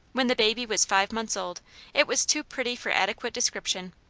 when the baby was five months old it was too pretty for adequate description.